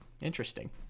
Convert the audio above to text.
Interesting